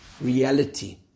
reality